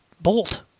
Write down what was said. bolt